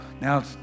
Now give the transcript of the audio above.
Now